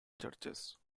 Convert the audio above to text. churches